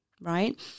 right